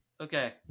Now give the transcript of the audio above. Okay